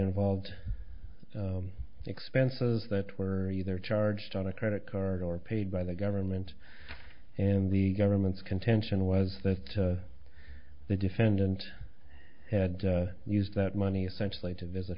involved expenses that were either charged on a credit card or paid by the government and the government's contention was that the defendant had used that money essentially to visit